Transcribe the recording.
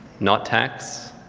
not tax.